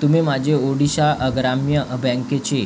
तुम्ही माझे ओडिशा ग्राम्य बँकेचे